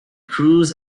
cruise